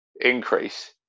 increase